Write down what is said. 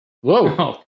Whoa